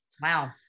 Wow